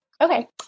Okay